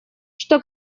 что